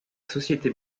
société